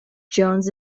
jones